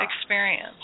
experience